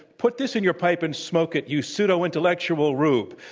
put this in your pipe and smoke it, you pseudo intellectual rube.